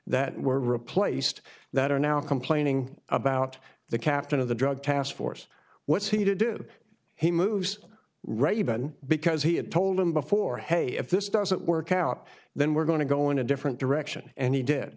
that were replaced that are now complaining about the captain of the drug task force what's he to do he moves right you've been because he had told him before hey if this doesn't work out then we're going to go in a different direction and he did